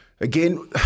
again